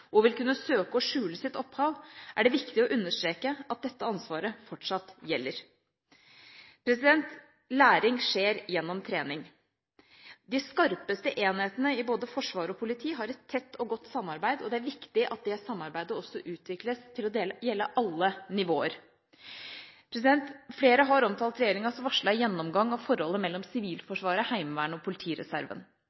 og vil kunne søke å skjule sitt opphav, er det viktig å understreke at dette ansvaret fortsatt gjelder. Læring skjer gjennom trening. De skarpeste enhetene i både forsvar og politi har et tett og godt samarbeid, og det er viktig at det samarbeidet også utvikles til å gjelde alle nivåer. Flere har omtalt regjeringas varslede gjennomgang av forholdet mellom